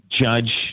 judge